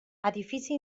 edifici